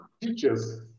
teachers